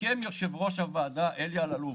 סיכם יושב ראש הוועדה אלי אלאלוף.